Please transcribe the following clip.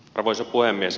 arvoisa puhemies